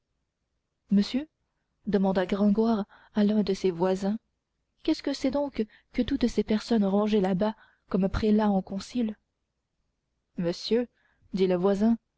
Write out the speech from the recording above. monsieur demanda gringoire à l'un de ses voisins qu'est-ce que c'est donc que toutes ces personnes rangées là-bas comme prélats en concile monsieur dit le voisin